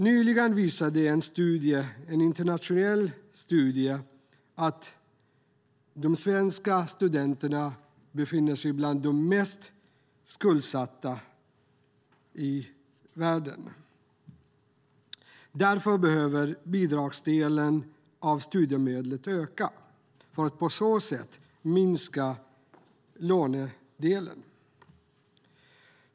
Det framkom nyligen i en internationell studie att de svenska studenterna är bland de mest skuldsatta i världen. Därför behöver bidragsdelen i studiemedlet öka. På så sätt kan lånedelen minskas.